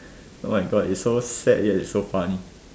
oh my god it's so sad yet it's so funny